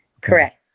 Correct